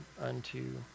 unto